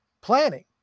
planning